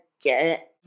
get